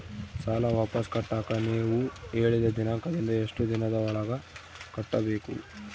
ಸಾಲ ವಾಪಸ್ ಕಟ್ಟಕ ನೇವು ಹೇಳಿದ ದಿನಾಂಕದಿಂದ ಎಷ್ಟು ದಿನದೊಳಗ ಕಟ್ಟಬೇಕು?